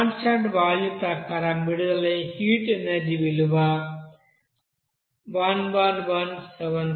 constant volume ప్రకారం విడుదలయ్యే heat energy విలువ 111759 జౌల్స్